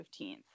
15th